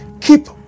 Keep